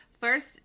first